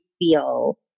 feel